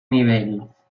nivells